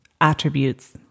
attributes